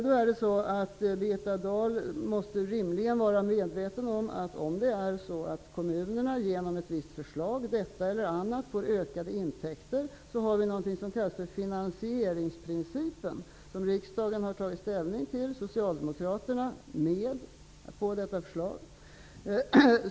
Birgitta Dahl måste rimligen vara medveten om att om kommunerna får ökade intäkter genom ett förslag, detta eller annat, har vi något som kallas för finansieringsprincipen. Riksdagen har tagit ställning till denna. Socialdemokraterna var med på detta förslag.